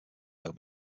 home